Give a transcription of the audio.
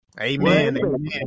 amen